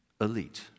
elite